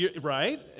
right